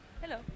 Hello